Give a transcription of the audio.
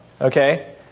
okay